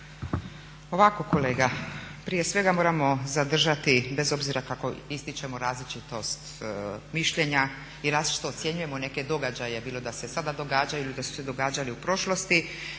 Ovako kolega, prije svega moramo zadržati bez obzira kako ističemo različitost mišljenja i različito ocjenjujemo neke događaje bilo da se sada događaju ili da su se događali u prošlosti